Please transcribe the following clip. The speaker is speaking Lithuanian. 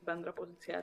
bendra pozicija